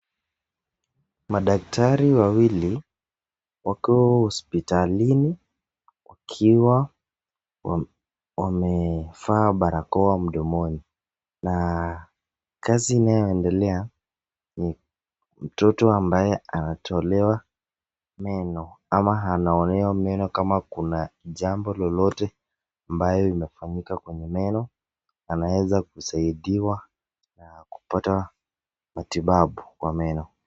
Madaktari wawili wakiwa hospitalini, wakiwa wamevaa barakoa mdomoni. Na kazi inayoendelea, ni mtoto ambaye anatolewa meno au anaonewa meno kama kuna jambo lolote ambayo imefanyika kwenye meno, anaeza kusaidiwa na kupata matibabu kwa meno.